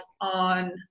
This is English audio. on